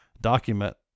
document